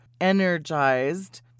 energized